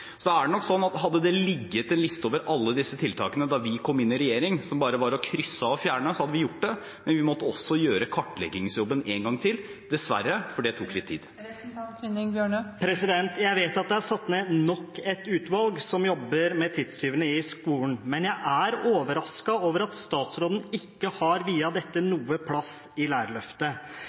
Så da er det nok sånn at hadde det ligget en liste over alle disse tiltakene da vi kom i regjering, tiltak som bare var å krysse av og fjerne, hadde vi gjort det, men vi måtte også gjøre kartleggingsjobben en gang til, dessverre, for det tok litt tid. Jeg vet at det er satt ned nok et utvalg som jobber med tidstyvene i skolen, men jeg er overrasket over at statsråden ikke har viet dette noen plass i Lærerløftet.